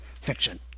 fiction